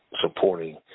supporting